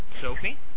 Sophie